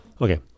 okay